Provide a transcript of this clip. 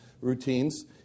routines